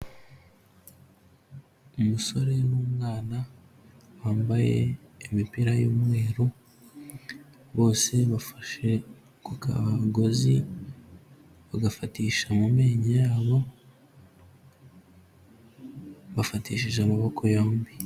Umusore n'umwana bambaye imipira y'umweru bose bafashe ku kagozi bagafatisha mu menyo yabo bafatishije amaboko yombi.